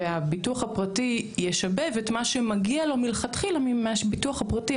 והביטוח הפרטי ישבב את מה שמגיע לו מלכתחילה מהביטוח הפרטי.